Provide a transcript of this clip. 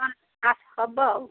ହବ ଆଉ